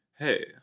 Hey